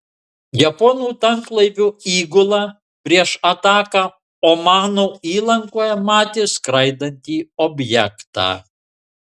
japonų tanklaivio įgula prieš ataką omano įlankoje matė skraidantį objektą